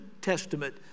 Testament